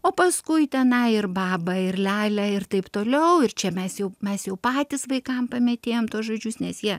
o paskui tenai ir baba ir lele ir taip toliau ir čia mes jau mes jau patys vaikam pamėtėjam tuos žodžius nes jie